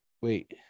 Wait